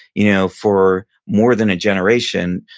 you know for more than a generation,